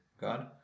God